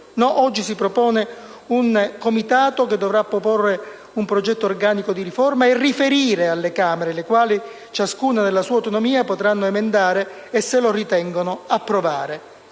oggi si propone un Comitato che dovrà proporre un progetto organico di riforma e riferire alle Camere le quali, ciascuna nella sua autonomia, potranno emendare e, se lo ritengono, approvare.